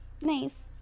Nice